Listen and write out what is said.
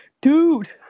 Dude